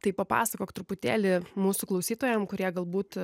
tai papasakok truputėlį mūsų klausytojam kurie galbūt